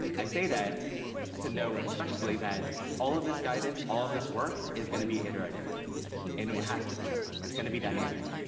i say that to know especially that all of this guidance, all of this work, is going to be iterative and it has to be. it's going to be dynamic,